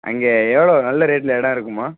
அங்கே எவ்வளோ நல்ல ரேட்டில் இடம் இருக்குமா